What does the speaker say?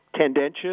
tendentious